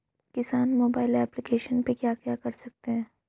किसान mobile application पे क्या क्या कर सकते हैं?